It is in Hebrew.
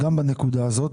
גם בנקודה הזאת.